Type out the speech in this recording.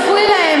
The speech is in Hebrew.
קארין, תספרי להם.